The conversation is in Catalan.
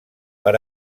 per